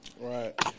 Right